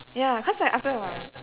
ya cause like after a while